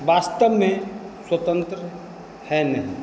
वास्तव में स्वतंत्र है नहीं